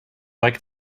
like